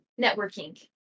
networking